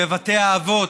בבתי האבות,